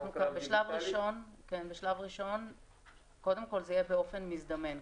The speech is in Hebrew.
בשלב ראשון, קודם כול זה יהיה באופן מזדמן.